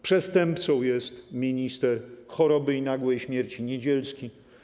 Przestępcą jest minister choroby i nagłej śmierci Niedzielski.